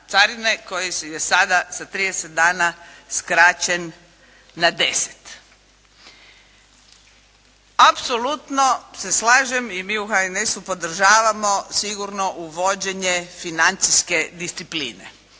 koji je sada sa 30 dana skraćen na 10. Apsolutno se slažem i mi u HNS-u podržavamo sigurno uvođenje financijske discipline.